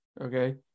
okay